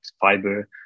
fiber